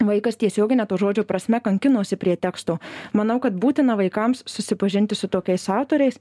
vaikas tiesiogine to žodžio prasme kankinosi prie teksto manau kad būtina vaikams susipažinti su tokiais autoriais